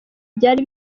byari